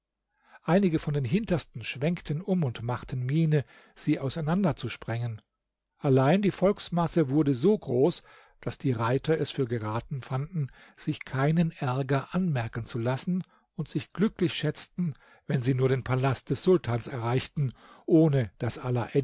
einige von den hintersten schwenkten um und machten miene sie auseinander zu sprengen allein die volksmasse wurde so groß daß die reiter es für geratener fanden sich keinen ärger anmerken zu lassen und sich glücklich schätzten wenn sie nur den palast des sultans erreichten ohne daß